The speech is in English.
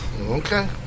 Okay